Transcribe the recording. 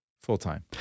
full-time